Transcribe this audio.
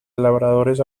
labradores